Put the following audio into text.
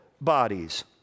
bodies